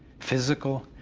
physical,